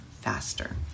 faster